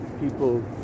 people